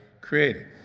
created